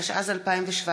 התשע"ז 2017,